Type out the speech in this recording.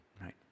right